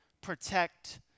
protect